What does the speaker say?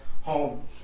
home